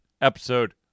episode